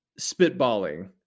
spitballing